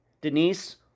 Denise